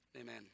Amen